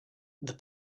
the